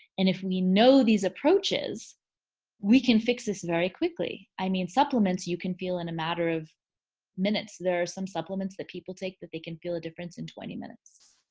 and if we know these approaches we can fix this very quickly. i mean, supplements you can feel in a matter of minutes. there are some supplements that people take that they can feel a difference in twenty minutes.